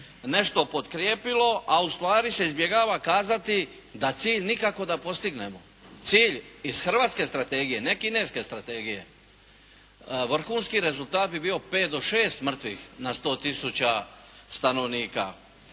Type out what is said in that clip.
nešto potkrijepilo a ustvari se izbjegava kazati da cilj nikako da postignemo. Cilj iz hrvatske strategije, ne kineske strategije. Vrhunski rezultat bi bio 5 do 6 mrtvih na 100 tisuća stanovnika.